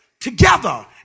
together